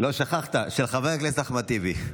לא שכחת, של חבר הכנסת אחמד טיבי.